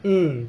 mm